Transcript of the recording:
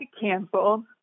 cancel